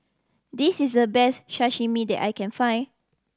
this is the best Sashimi that I can find